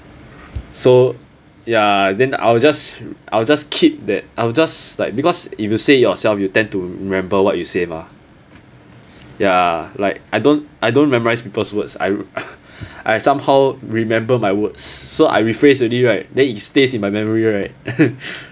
so ya then I'll just I'll just keep that I'll just like because you will say yourself you tend to remember what you say mah ya like I don't I don't memorise people's words I I somehow remember my words so I rephrase already right then it stays in my memory right